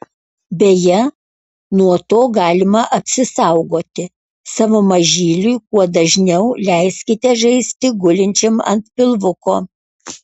beje nuo to galima apsisaugoti savo mažyliui kuo dažniau leiskite žaisti gulinčiam ant pilvuko